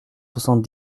soixante